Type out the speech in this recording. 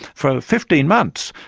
for fifteen months,